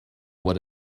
what